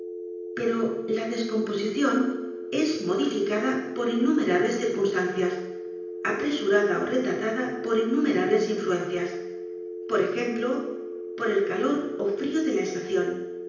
o la descomposición es modificada por innumerables circunstancias apresurada ó retardada por innumerables influencias por ejemplo por el calor ó frío de la estación